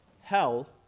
hell